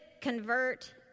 convert